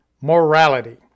morality